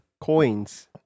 Coins